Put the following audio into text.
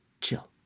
chill